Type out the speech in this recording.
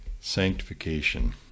sanctification